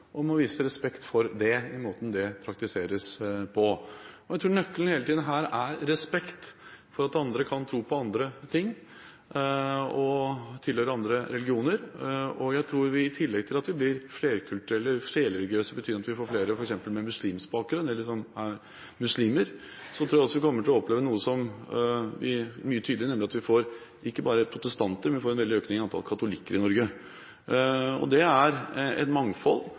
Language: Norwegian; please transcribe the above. og vi må vise respekt for måten det praktiseres på. Jeg tror nøkkelen hele tiden er respekt for at andre kan tro på andre ting og tilhøre andre religioner. Jeg tror at i tillegg til at vi blir flerkulturelle eller flerreligiøse, i betydningen at vi f.eks. får flere muslimer, kommer vi til å oppleve noe som blir tydeligere, at vi ikke bare får protestanter, men også at vi får en veldig økning av katolikker i Norge. Det er et mangfold,